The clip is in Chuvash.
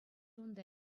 унта